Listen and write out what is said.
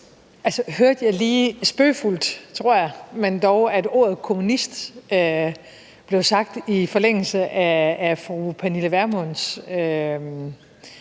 Hørte jeg lige spøgefuldt, tror jeg, men dog, at ordet kommunist blev sagt i forlængelse af fru Pernille Vermunds